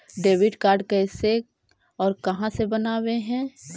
Debit card कैसे और कहां से बनाबे है?